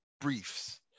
Briefs